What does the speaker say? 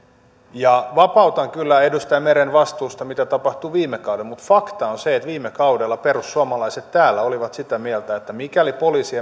vapautan kyllä edustaja meren vastuusta mitä tapahtui viime kaudella mutta fakta on se että viime kaudella perussuomalaiset täällä olivat sitä mieltä että mikäli poliisien